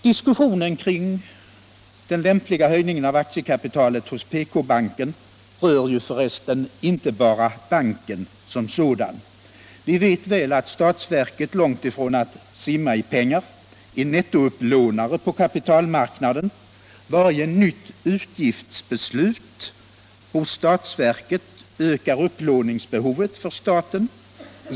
Diskussionen om den lämpliga höjningen av aktiekapitalet hos PK banken rör för resten inte bara banken som sådan. Vi vet väl att statsverket långtifrån att simma i pengar är nettoupplånare på kapitalmark naden. Varje nytt utgiftsbeslut hos statsverket ökar upplåningsbehovet för staten.